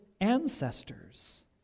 ancestors